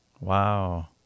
Wow